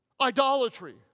Idolatry